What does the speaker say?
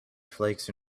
flakes